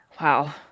Wow